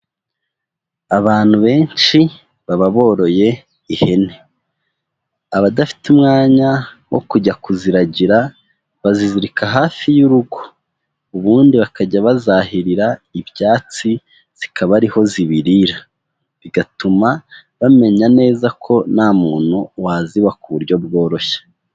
Abantu benshi baba boroye ihene, abadafite umwanya wo kujya kuziragira bazizirika hafi y'urugo ubundi bakajya bazahirira ibyatsi zikaba ariho zibirira, bigatuma bamenya neza ko nta muntu waziba ku buryo bworoshye.